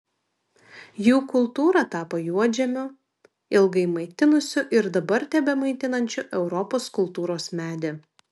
jų kultūra tapo juodžemiu ilgai maitinusiu ir dabar tebemaitinančiu europos kultūros medį